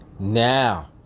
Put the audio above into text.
Now